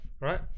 right